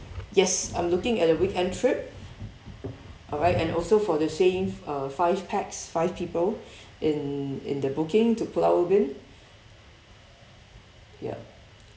yes I'm looking at the weekend trip alright and also for the same uh five pax five people in in the booking to pulau ubin yup